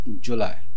July